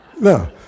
no